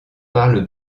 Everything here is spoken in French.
parle